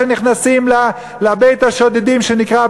כשנכנסים לבית השודדים שנקרא בנקים,